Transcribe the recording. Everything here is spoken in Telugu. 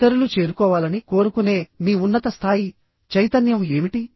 ఇతరులు చేరుకోవాలని కోరుకునే మీ ఉన్నత స్థాయి చైతన్యం ఏమిటి